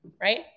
right